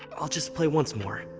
i'll just play once more.